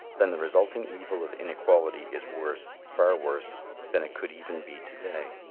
then the resulting evil of inequality is worse, far worse than it could even be to-day.